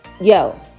Yo